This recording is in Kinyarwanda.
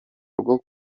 rwo